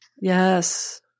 Yes